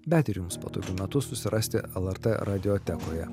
bet ir jums patogiu metu susirasti lrt radiotekoje